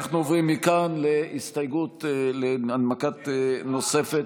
אנחנו עוברים מכאן להנמקה נוספת.